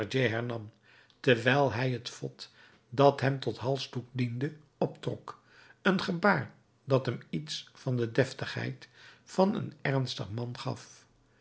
terwijl hij het vod dat hem tot halsdoek diende optrok een gebaar dat hem iets van de deftigheid van een ernstig man gaf